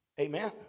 Amen